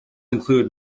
include